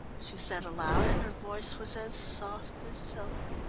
she said aloud, and her voice was as soft as silk.